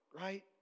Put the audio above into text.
right